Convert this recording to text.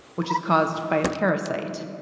which is caused by a parasite.